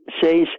says